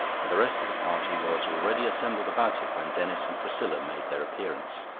and the rest of the party was already assembled about it when denis and priscilla made their appearance.